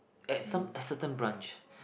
at some a certain branch